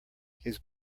his